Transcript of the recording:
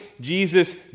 Jesus